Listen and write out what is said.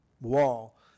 wall